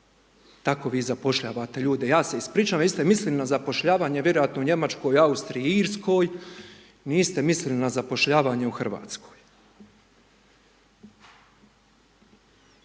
tako vi zapošljavate ljude. Ja se ispričavam, vi ste mislili na zapošljavanje vjerojatno u Njemačkoj, Austriji i Irskoj, niste mislili na zapošljavanje u RH.